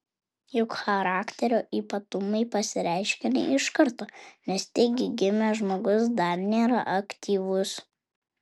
juk charakterio ypatumai pasireiškia ne iš karto nes tik gimęs žmogus dar nėra aktyvus